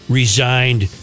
resigned